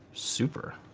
super.